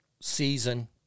season